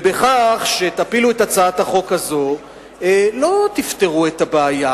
ובכך שתפילו את הצעת החוק הזו לא תפתרו את הבעיה,